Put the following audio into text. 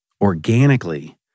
organically